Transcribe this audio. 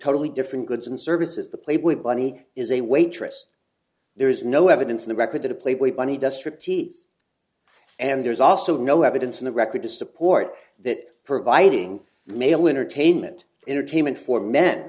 totally different goods and services the playboy bunny is a waitress there is no evidence in the record that a playboy bunny does strip tease and there's also no evidence in the record to support that providing male entertainment entertainment for men